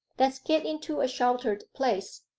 let's get into a sheltered place.